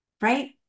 right